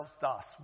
thus